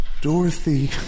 Dorothy